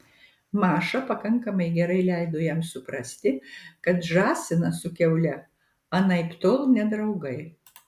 maša pakankamai gerai leido jam suprasti kad žąsinas su kiaule anaiptol ne draugai